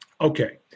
Okay